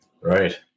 Right